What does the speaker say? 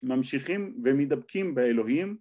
ממשיכים ומדבקים באלוהים